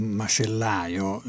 macellaio